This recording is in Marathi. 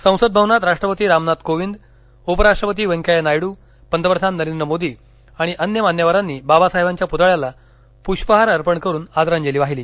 संसद भवनात राष्ट्रपती रामनाथ कोविंद उपराष्ट्रपती वेन्कैय्या नायडू पंतप्रधान नरेंद्र मोदी आणि अन्य मान्यवरांनी बाबासाहेबांच्या पुतळ्याला पुष्पहार अर्पण करून आदरांजली वाहिली